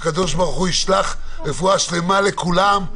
שהקדוש ברוך הוא ישלח רפואה שלמה לכולם,